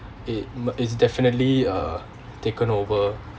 it it's definitely uh taken over